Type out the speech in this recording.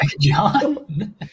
John